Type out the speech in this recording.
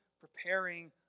preparing